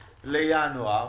לינואר,